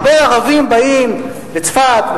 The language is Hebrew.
הרבה ערבים באים לצפת,